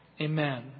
Amen